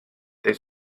they